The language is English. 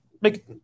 make